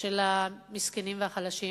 של המסכנים והחלשים